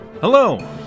Hello